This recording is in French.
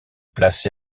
placé